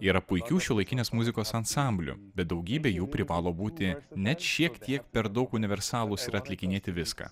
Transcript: yra puikių šiuolaikinės muzikos ansamblių bet daugybė jų privalo būti net šiek tiek per daug universalūs ir atlikinėti viską